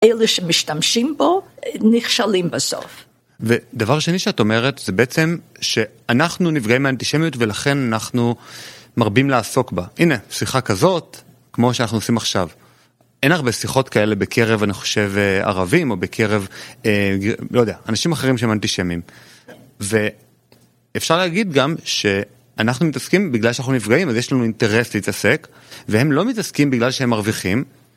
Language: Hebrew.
אלה שמשתמשים בו, נכשלים בסוף. ודבר שני שאת אומרת, זה בעצם שאנחנו נפגעים מהאנטישמיות ולכן אנחנו מרבים לעסוק בה. הנה, שיחה כזאת, כמו שאנחנו עושים עכשיו. אין הרבה שיחות כאלה בקרב, אני חושב, ערבים, או בקרב, לא יודע, אנשים אחרים שהם אנטישמיים. ואפשר להגיד גם שאנחנו מתעסקים בגלל שאנחנו נפגעים, אז יש לנו אינטרס להתעסק, והם לא מתעסקים בגלל שהם מרוויחים.